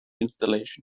installation